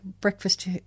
Breakfast